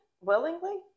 willingly